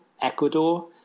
Ecuador